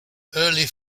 early